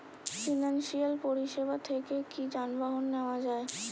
Financial পরিসেবা থেকে কি যানবাহন নেওয়া যায়?